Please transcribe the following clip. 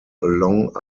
long